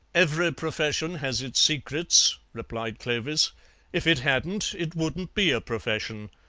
every profession has its secrets, replied clovis if it hadn't it wouldn't be a profession.